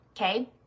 okay